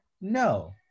No